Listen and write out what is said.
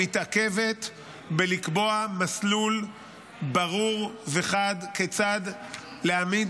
מתעכבת בלקבוע מסלול ברור וחד כיצד להעמיד